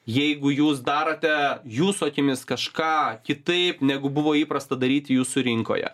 jeigu jūs darote jūsų akimis kažką kitaip negu buvo įprasta daryti jūsų rinkoje